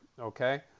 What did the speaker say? Okay